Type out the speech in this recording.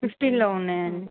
fifteen లో ఉన్నాయండి